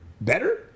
better